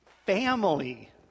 Family